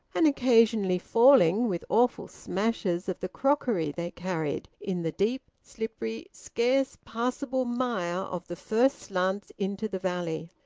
and occasionally falling, with awful smashes of the crockery they carried, in the deep, slippery, scarce passable mire of the first slants into the valley.